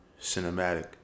cinematic